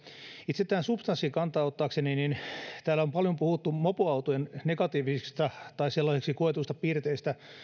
itse tähän substanssiin kantaa ottaakseni täällä on paljon puhuttu mopoautojen negatiivisista tai sellaisiksi koetuista piirteistä